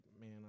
man